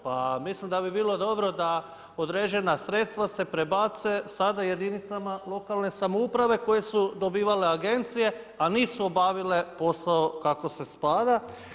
Pa mislim da bi bilo dobro da određena sredstva se prebace sada jedinicama lokalne samouprave koje su dobivale agencije, a nisu obavile posao kako spada.